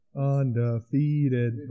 Undefeated